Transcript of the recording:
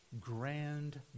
grand